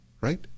Right